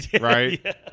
right